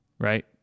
right